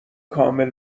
کامل